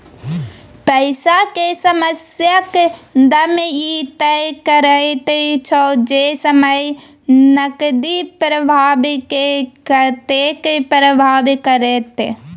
पैसा के समयक दाम ई तय करैत छै जे समय नकदी प्रवाह के कतेक प्रभावित करते